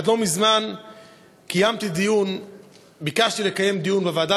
עד לא מזמן ביקשתי לקיים דיון בוועדה